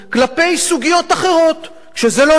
כשזה לא נוגע לו, הוא יכול להיות גזען,